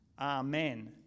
Amen